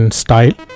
style